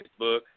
Facebook